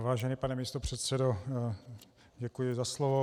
Vážený pane místopředsedo, děkuji za slovo.